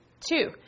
Two